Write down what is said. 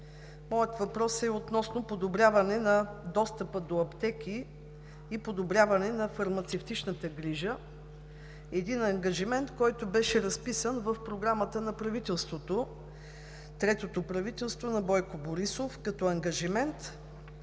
Моят въпрос е относно подобряване на достъпа до аптеки и подобряване на фармацевтичната грижа – един ангажимент, който беше разписан в Програмата на правителството, третото правителство на Бойко Борисов, като ангажимент.